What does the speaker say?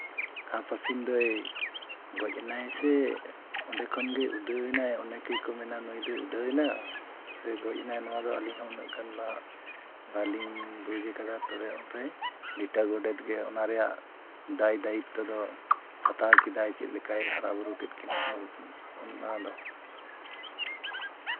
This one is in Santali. ᱦᱟᱸᱥᱼᱦᱟᱹᱥᱤᱞ ᱫᱚᱭ ᱜᱚᱡ ᱮᱱᱟᱭ ᱥᱮ ᱚᱸᱰᱮ ᱠᱷᱚᱱᱜᱮ ᱩᱰᱟᱹᱣ ᱮᱱᱟᱭ ᱚᱱᱮᱠ ᱜᱮᱠᱚ ᱢᱮᱱᱟ ᱱᱩᱭ ᱫᱚᱭ ᱩᱰᱟᱹᱣ ᱮᱱᱟ ᱥᱮ ᱜᱚᱡ ᱮᱱᱟᱭ ᱱᱚᱣᱟᱫᱚ ᱟᱹᱞᱤᱧ ᱦᱚᱸ ᱩᱱᱟᱹᱜ ᱜᱟᱱᱫᱚ ᱵᱟᱹᱞᱤᱧ ᱵᱩᱡᱽ ᱠᱟᱫᱟ ᱛᱚᱵᱮ ᱩᱱᱨᱮ ᱞᱤᱴᱟᱹ ᱜᱚᱰᱮᱛ ᱜᱮ ᱚᱱᱟ ᱨᱮᱭᱟᱜ ᱫᱟᱭ ᱫᱟᱭᱤᱛᱛᱚ ᱫᱚ ᱦᱟᱛᱟᱣ ᱠᱮᱫᱟᱭ ᱪᱮᱫ ᱞᱮᱠᱟᱭ ᱦᱟᱨᱟᱼᱵᱩᱨᱩ ᱠᱮᱜ ᱠᱤᱱᱟᱹ ᱚᱱᱟᱫᱚ